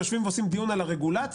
יושבים ועושים דיון על הרגולציה,